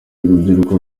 urubyiruko